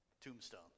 Tombstone